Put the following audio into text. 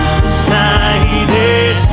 decided